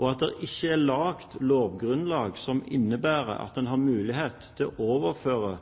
og at det ikke er laget lovgrunnlag som innebærer at en har mulighet til å overføre